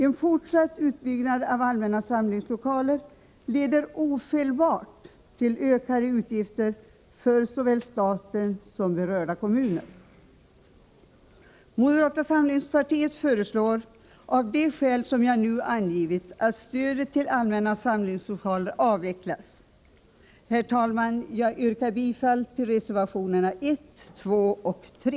En fortsatt utbyggnad av allmänna samlingslokaler leder ofelbart till ökade utgifter för såväl staten som berörda kommuner. Moderata samlingspartiet föreslår av de skäl jag nu angivit att stödet till allmänna samlingslokaler avvecklas. Herr talman! Jag yrkar bifall till reservationerna 1, 2 och 3.